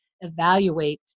evaluate